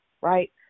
right